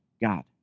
God